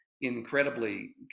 incredibly